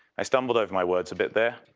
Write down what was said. i stumbled over my words a bit there.